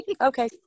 Okay